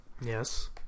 Yes